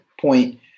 point